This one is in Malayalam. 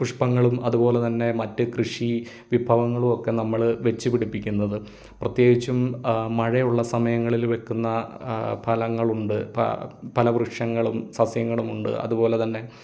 പുഷ്പങ്ങളും അതുപോലെ തന്നെ മറ്റ് കൃഷി വിഭവങ്ങളും ഒക്കെ നമ്മൾ വെച്ചുപിടിപ്പിക്കുന്നത് പ്രത്യേകിച്ചും മഴയുള്ള സമയങ്ങളിൽ വയ്ക്കുന്ന ഫലങ്ങൾ ഉണ്ട് പാ പല വൃക്ഷങ്ങളും സസ്യങ്ങളും ഉണ്ട് അതുപോലെ തന്നെ